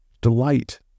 Delight